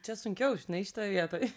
čia sunkiau žinai šitoj vietoj